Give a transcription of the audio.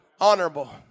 Honorable